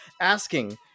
Asking